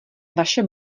vaše